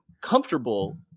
comfortable